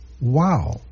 Wow